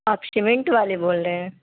آپ سیمنٹ والے بول رہے ہیں